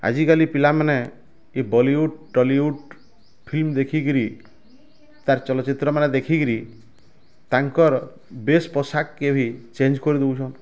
ଆଜିକାଲି ପିଲାମାନେ ଏ ବଲିଉଡ଼୍ ଟଲିଉଡ଼ ଫିଲମ୍ ଦେଖିକିରି ତାର୍ ଚଲଚିତ୍ର ମାନେ ଦେଖିକିରି ତାଙ୍କର୍ ବେଶ ପୋଷାକ କେ ବି ଚେଞ୍ଜ କରି ଦଉଛନ୍